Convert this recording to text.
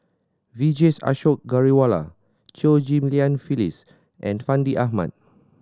Vijesh Ashok Ghariwala Chew Ghim Lian Phyllis and Fandi Ahmad